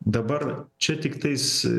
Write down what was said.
dabar čia tiktais